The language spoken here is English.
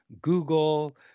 Google